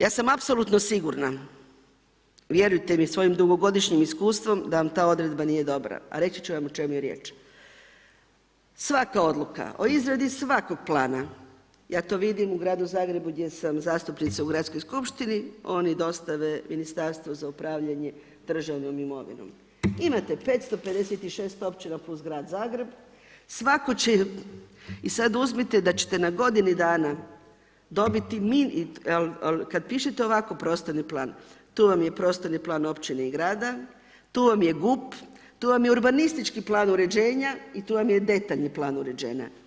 Ja sam apsolutno sigurna, vjerujte mi svojom dugogodišnjem iskustvom, da vam ta odredba nije dobra, a reći ću vam o čemu je riječ, svaka odluka o izradi svakog plana, ja to vidim u Gradu Zagrebu, gdje sam zastupnica u gradskoj skupštini, oni dostave Ministarstvu za upravljanje državnom imovinom, imate 556 općina plus Grad Zagreb, svatko će i sada uzmite da ćete na godini dana, dobiti, ali kada pište ovako prostorni plan, tu vam je prostorni plan općine i grada, tu vam je GUP tu vam je urbanistički plan uređenja i tu vam je detaljni plan uređenja.